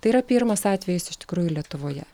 tai yra pirmas atvejis iš tikrųjų lietuvoje